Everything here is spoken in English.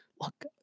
look